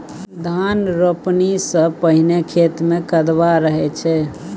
धान रोपणी सँ पहिने खेत मे कदबा रहै छै